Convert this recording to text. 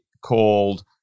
called